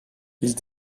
ils